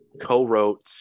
co-wrote